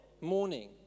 morning